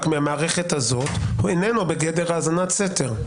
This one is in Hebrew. מהמערכת הזאת איננו בגדר האזנת סתר?